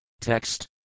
TEXT